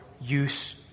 use